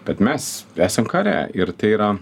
kad mes esam kare ir tai yra